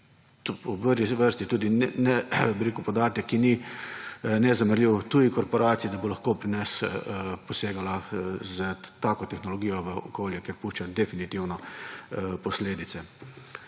v prvi vrsti tudi ne bi rekel podatek, ki ni nezanemarljiv tujih korporacij, da bo lahko posegala s tako tehnologijo v okolje, ker pušča definitivno posledice.